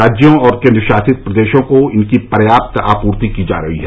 राज्यों और केन्द्रशासित प्रदेशों को इनकी पर्याप्त आपूर्ति की जा रही है